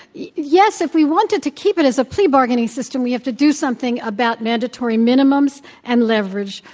yes, if we wanted to keep it as a plea bargaining system, we have to do something about mandatory minimums and leverage.